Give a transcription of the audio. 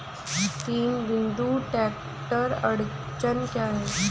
तीन बिंदु ट्रैक्टर अड़चन क्या है?